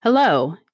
Hello